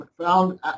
found